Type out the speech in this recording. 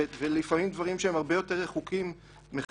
ולפעמים גם דברים שהם הרבה יותר רחוקים מחקירה